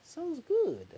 sounds good